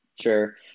Sure